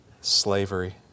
slavery